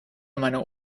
meiner